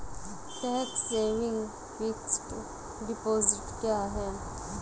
Tax saving fixed deposit क्या है?